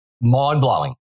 mind-blowing